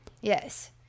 Yes